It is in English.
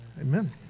Amen